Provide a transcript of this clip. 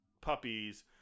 puppies